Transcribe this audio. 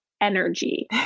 energy